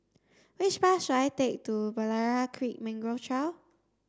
which bus should I take to Berlayer Creek Mangrove Trail